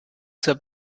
zur